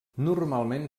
normalment